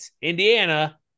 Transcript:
Indiana